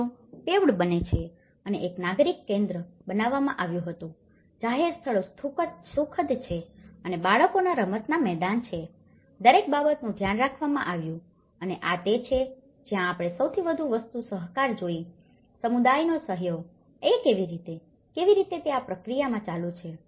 શેરીઓ paved બને છે અને એક નાગરિક કેન્દ્ર બનાવવામાં આવ્યું હતું જાહેર સ્થળો સુખદ છે અને બાળકોનાં રમતનાં મેદાન છે દરેક બાબતનું ધ્યાન રાખવામાં આવ્યું છે અને આ તે છે જ્યાં આપણે સૌથી મોટી વસ્તુ સહકાર જોયી છે સમુદાયનો સહયોગ આ કેવી રીતે કેવી રીતે તે આ પ્રક્રિયામાં ચાલુ છે